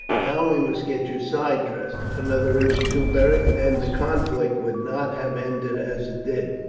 now we must get your side dressed. another inch or two, beric, and the conflict would not have ended as it did.